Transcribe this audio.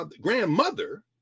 grandmother